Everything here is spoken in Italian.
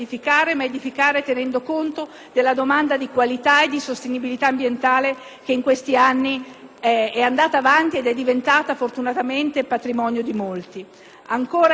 è cresciuta ed è diventata, fortunatamente, patrimonio di molti. Ancora. Credo che dobbiamo capire che c'è un mercato che riguarda l'affitto, ma c'è anche un mercato di